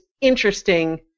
interesting